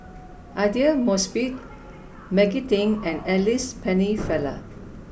Aidli Mosbit Maggie Teng and Alice Pennefather